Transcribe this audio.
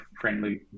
friendly